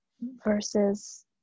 versus